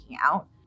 out